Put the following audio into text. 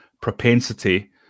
propensity